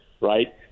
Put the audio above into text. right